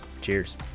Cheers